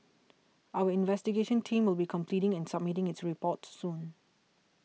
our investigation team will be completing and submitting its report soon